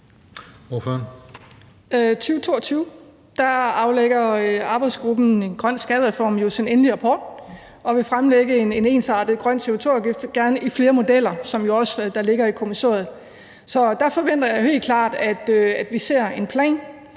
2022 aflægger arbejdsgruppen om en grøn skattereform jo sin endelige rapport og vil fremlægge en ensartet grøn CO2-afgift, gerne i flere modeller, hvad der også ligger i kommissoriet. Så der forventer jeg helt klart at vi ser en plan,